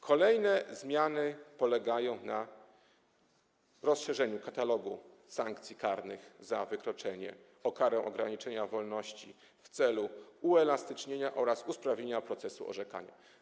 Kolejne zmiany polegają na rozszerzeniu katalogu sankcji karnych za wykroczenie o karę ograniczenia wolności w celu uelastycznienia oraz usprawnienia procesu orzekania.